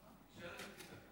כן, חצי דקה.